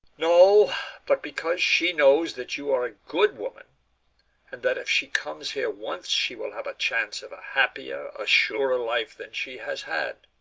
no but because she knows that you are a good woman and that if she comes here once she will have a chance of a happier, a surer life than she has had.